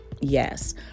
Yes